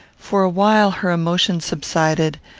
for a while her emotion subsided,